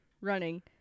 running